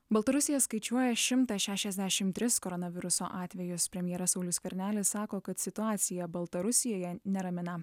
baltarusija skaičiuoja šimtą šešiasdešimt tris koronaviruso atvejus premjeras saulius skvernelis sako kad situacija baltarusijoje neramina